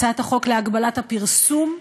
הצעת חוק להגבלת הפרסום,